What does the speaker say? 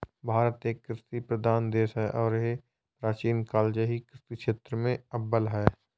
भारत एक कृषि प्रधान देश है और यह प्राचीन काल से ही कृषि क्षेत्र में अव्वल है